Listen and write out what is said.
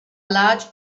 large